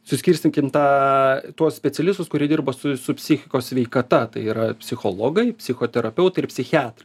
suskirstykim tą tuos specialistus kurie dirba su su psichikos sveikata tai yra psichologai psichoterapeutai ir psichiatrai